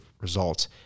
results